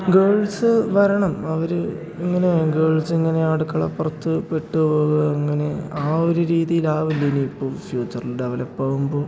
girls വരണം അവർ ഇങ്ങനെ ഗേൾസിങ്ങനെ അടുക്കളപ്പുറത്ത് പെട്ടുപോകുക അങ്ങനെ ആ ഒരു രീതിയിലാവില്ല ഇനിയിപ്പം ഫ്യൂച്ചർ ഡെവലപ്പാവുമ്പോൾ